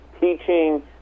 teaching